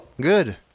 Good